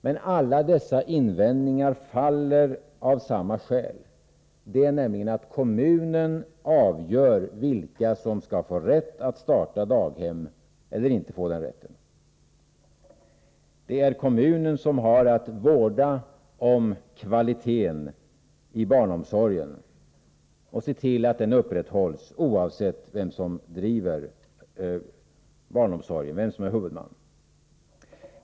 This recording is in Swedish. Men alla dessa invändningar stupar på samma skäl, det nämligen att kommunen avgör vilka som skall få rätt att driva daghem eller inte få denna rätt. Det är kommunen som har att värna om kvaliteten i barnomsorgen och se till att den upprätthålls, oavsett vem som är huvudman.